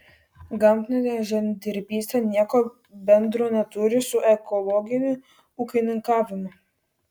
gamtinė žemdirbystė nieko bendro neturi su ekologiniu ūkininkavimu